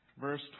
verse